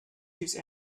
use